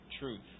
truth